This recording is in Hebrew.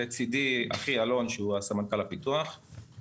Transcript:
לצידי אחי אלון, שהוא סמנכ"ל הפיתוח.